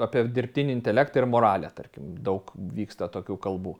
apie dirbtinį intelektą ir moralę tarkim daug vyksta tokių kalbų